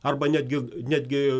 arba netgi netgi